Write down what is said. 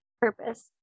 purpose